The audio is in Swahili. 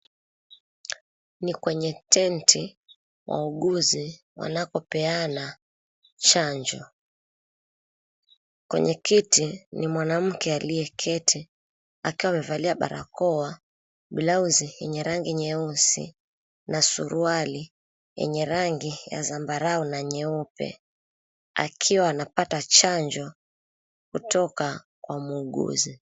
Ni kwenye tenti wauguzi wanakopeana chanjo. Kwenye kiti ni mwanamke aliyeketi akiwa amevalia barakoa blauzi yenye rangi nyeusi na suruali yenye rangi ya zambarau na nyeupe akiwa anapata chanjo kutoka kwa muuguzi.